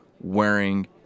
wearing